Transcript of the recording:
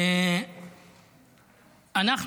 אנחנו